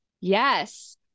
Yes